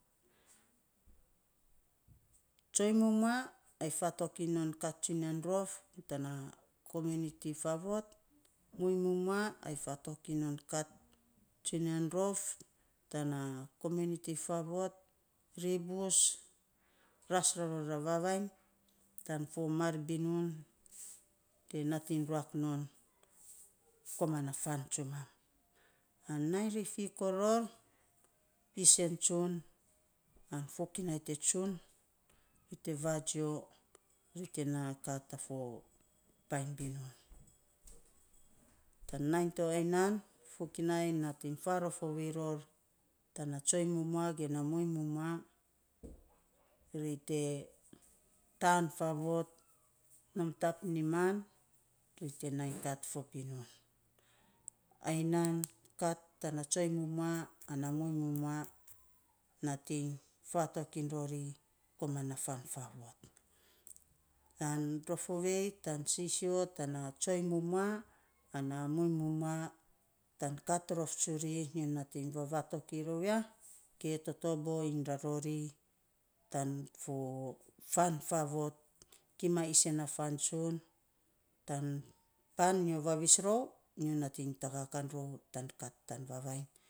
Tsoiny mumua ai fatok iny non kat tsunia rof tana kominiti faavot, muiny numaa ai fatok iny non kat tsunian rof tana kominiti favot. Ri bus ras rarora vavainy tan fo mar binun te nating ruak non komana fan tsumam. An nainy, ri fikoo ror, isen tsun, a fokinai te tsun, ri te vajio, ri te na kat a fo painy binun. Tan nainy to aya nan fokinai nating faarof ovei ror tana tsoiny mumua ge na muiny mumua ri te taan faavot nom tap niman, ri te nai bat fo binun. Ai nan kat tana tsoiny mumua ana muiny mumua nating fatok iny rori koman na fan faavot. An rof ovei tan sisio tana tsoiny mumua ana muiny mumua tan kat rof tsuri, nyo vavatok iny rou ya ge totobo iny rori tan fo fan faavot, kima isen na fan tsuri, ana nyi vavis ror nyo nating tagaa kan rou tan kat tan vavainy.